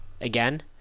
Again